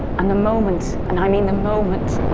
and the moment, and i mean the moment,